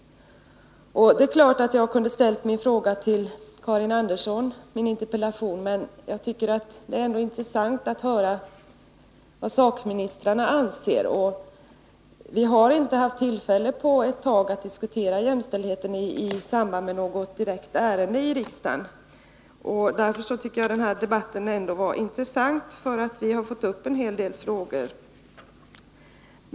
Det är klart att jag kunde ha ställt min interpellation till Karin Andersson, men jag tyckte att det skulle bli intressant att få höra vad sakministrarna anser. Vi har dessutom inte på ett tag haft tillfälle att diskutera jämställdheten i samband med något direkt ärende i riksdagen. Därför tycker jag att den här debatten ändå varit intressant, för vi har fått upp en hel del frågor.